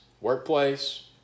workplace